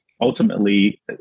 ultimately